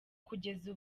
kugeza